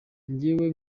njyewe